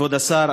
כבוד השר,